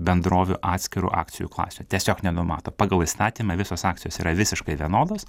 bendrovių atskirų akcijų klasių tiesiog nenumato pagal įstatymą visos akcijos yra visiškai vienodos